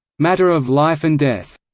matter of life and death,